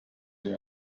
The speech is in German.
sie